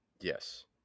Yes